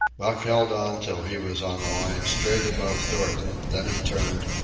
buck held on till he was on a line straight above thornton then he turned,